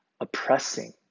oppressing